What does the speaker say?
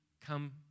come